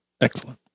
Excellent